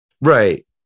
Right